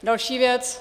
Další věc.